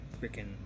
freaking